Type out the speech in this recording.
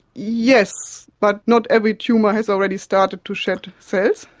yes, but not every tumour has already started to shed cells.